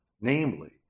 Namely